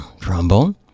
trombone